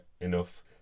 enough